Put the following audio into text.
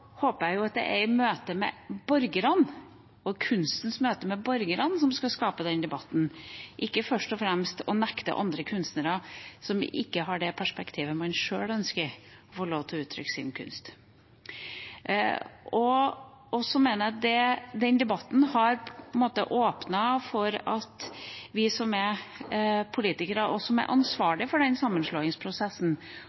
håper jeg det er kunstens møte med borgerne som skal skape den debatten – ikke først og fremst det å nekte andre kunstnere, som ikke har det perspektivet man sjøl har, å uttrykke seg gjennom sin kunst. Den debatten har åpnet for at vi som er politikere, og som er